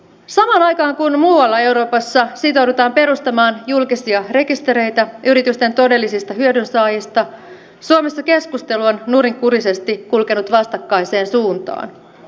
samaan aikaan kun muualla euroopassa sitoudutaan perustamaan julkisia rekistereitä yritysten todellisista hyödynsaajista suomessa keskustelu on nurinkurisesti kulkenut vastakkaiseen suuntaan